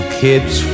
kids